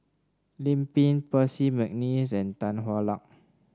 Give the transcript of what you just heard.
Lim Pin Percy McNeice and Tan Hwa Luck